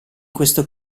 questo